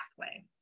pathway